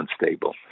unstable